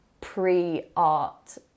pre-art